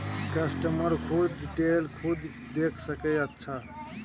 customer खुद detail खुद देख सके अच्छा